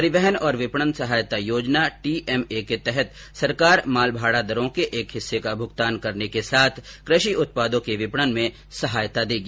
परिवहन और विपणन सहायता योजना टीएमए के तहत सरकार मालभाडा दरों के एक हिस्से का भुगतान करने के साथ कृषि उत्पादों के विपणन में सहायता देगी